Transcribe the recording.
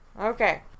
Okay